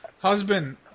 Husband